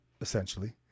essentially